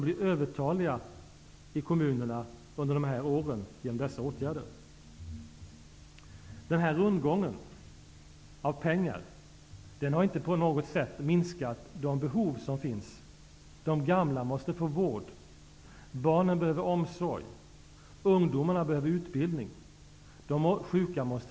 Vi vill formulera den inriktningen så här: -- För att värna sysselsättning och välfärd måste insatserna för att få i gång tillväxten överordnas andra ambitioner och krav.